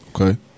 Okay